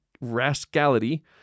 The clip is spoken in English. rascality